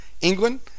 England